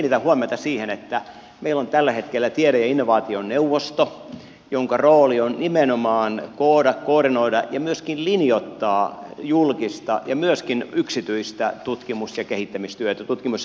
minä kiinnitän huomiota siihen että meillä on tällä hetkellä tiede ja innovaationeuvosto jonka rooli on nimenomaan koordinoida ja myöskin linjoittaa julkista ja myöskin yksityistä tutkimus ja kehittämistyötä tutkimus ja innovaatiotyötä